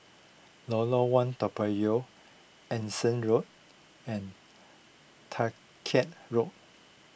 Lorong one Toa Payoh Anson Road and Dalkeith Road